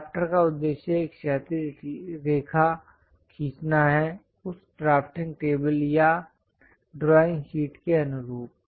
drafter का उद्देश्य एक क्षैतिज रेखा खींचना है उस ड्राफ्टिंग टेबल या ड्राइंग शीट के अनुरूप